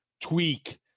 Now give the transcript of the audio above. tweak